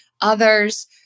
others